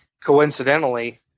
Coincidentally